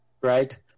right